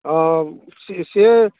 ହଁ ସିଏ